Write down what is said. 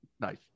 nice